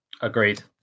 Agreed